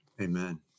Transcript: Amen